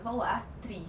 got what ah three